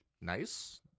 Nice